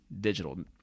Digital